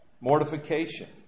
Mortification